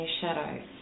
shadows